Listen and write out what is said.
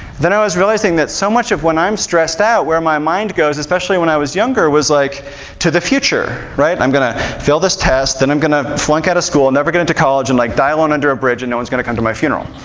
then i was realizing, so much of when i'm stressed out, where my mind goes, especially when i was younger, was like to the future. i'm going to fail this test, then i'm going to flunk out of school, and never get into college, and like die and under a bridge, and no one's going to come to my funeral.